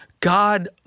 God